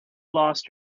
lost